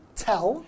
tell